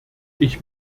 ich